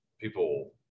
People